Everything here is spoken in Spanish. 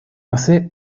pasé